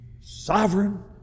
sovereign